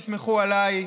תסמכו עליי,